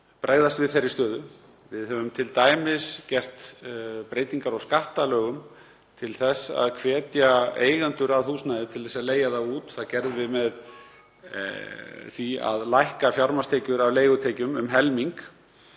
bregðast við þeirri stöðu. Við höfum t.d. gert breytingar á skattalögum til þess að hvetja eigendur húsnæðis til að leigja það út. Það gerðum við með því að lækka fjármagnstekjur af leigutekjum um helming